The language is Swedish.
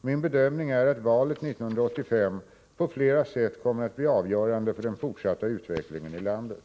Min bedömning är att valet 1985 på flera sätt kommer att bli avgörande för den fortsatta utvecklingen i landet.